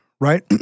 Right